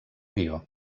guió